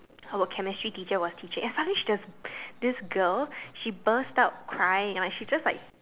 our chemistry teacher was teaching and suddenly she just this girl she burst out crying she just like